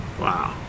Wow